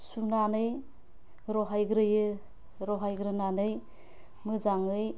सुनानै रहायग्रोयो रहायग्रोनानै मोजाङै